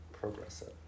progressive